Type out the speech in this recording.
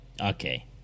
okay